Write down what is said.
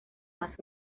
más